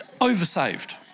Oversaved